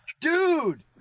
Dude